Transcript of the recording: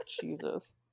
Jesus